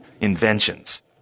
inventions